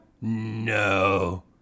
No